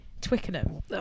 twickenham